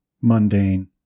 mundane